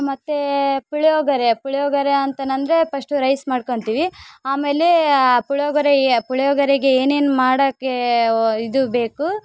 ಮತ್ತು ಪುಳಿಯೋಗರೆ ಪುಳಿಯೋಗರೆ ಅಂತೇನಂದ್ರೆ first rice ಮಾಡ್ಕೋತೀವಿ ಆಮೇಲೆ ಪುಳಿಯೋಗರೆಯ ಪುಳಿಯೋಗರೆಗೆ ಏನೇನು ಮಾಡೋಕೇ ಒ ಇದು ಬೇಕು